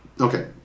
okay